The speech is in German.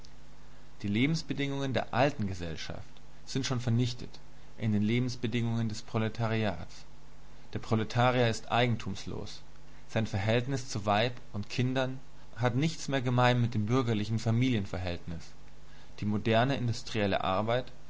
die lebensbedingungen der alten gesellschaft sind schon vernichtet in den lebensbedingungen des proletariats der proletarier ist eigentumslos sein verhältnis zu weib und kindern hat nichts mehr gemein mit dem bürgerlichen familienverhältnis die moderne industrielle arbeit